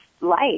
life